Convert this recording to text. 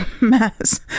mess